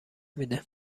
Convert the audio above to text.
میده